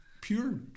pure